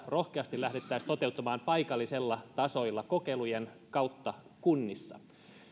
rohkeasti lähdettäisiin toteuttamaan paikallisella tasolla kokeilujen kautta kunnissa